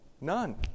None